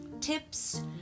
Tips